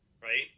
right